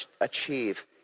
achieve